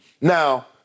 Now